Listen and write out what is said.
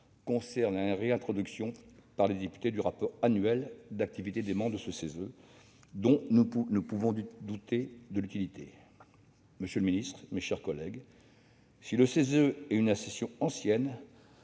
concerne la réintroduction par les députés du rapport annuel d'activité des membres du CESE, dont nous pouvons douter de l'utilité. Monsieur le ministre, mes chers collègues, si le CESE est une institution ancienne,